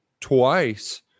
twice